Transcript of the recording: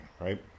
right